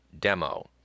demo